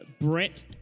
Brett